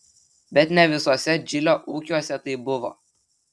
bet ne visuose džilio ūkiuose taip buvo